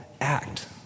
act